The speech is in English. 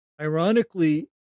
ironically